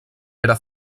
era